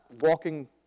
walking